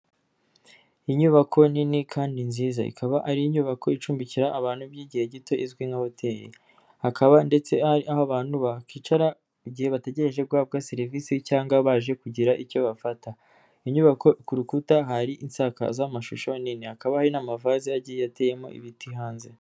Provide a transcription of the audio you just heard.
Inyubako nini kandi nziza, ikaba ari inyubako icumbikira abantu by'igihe gito izwi nka hoteli, hakaba ndetse ari aho abantu bakicara gihe bategereje guhabwa serivisi cyangwa baje kugira icyo bafata, inyubako ku rukuta hari insakazamashusho nini, hakaba hari n'amavaze agiye ateyemo ibiti hanze.